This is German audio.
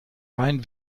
rhein